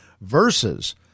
versus